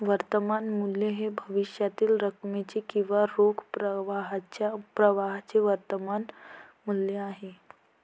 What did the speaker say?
वर्तमान मूल्य हे भविष्यातील रकमेचे किंवा रोख प्रवाहाच्या प्रवाहाचे वर्तमान मूल्य आहे